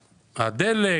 הדלק,